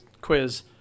quiz